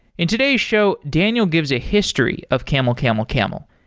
in today's show, daniel gives a history of camelcamelcamel,